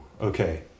okay